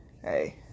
hey